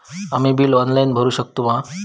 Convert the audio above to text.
आम्ही bill online भरुक शकतू मा?